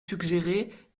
suggéré